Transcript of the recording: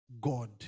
god